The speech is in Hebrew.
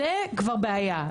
זה כבר בעיה,